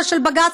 הדעת?